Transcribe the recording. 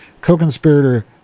co-conspirator